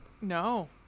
No